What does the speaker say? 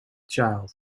child